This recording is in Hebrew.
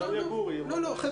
גורי.